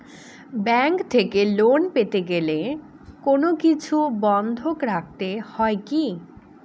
Bank থেকে loan পেতে গেলে কোনো কিছু বন্ধক রাখতে হয় কি?